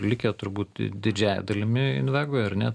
likę turbūt didžiąja dalimi invegoj ar ne